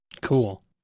Cool